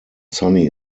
sunny